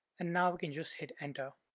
and now we can just hit enter.